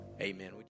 amen